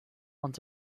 want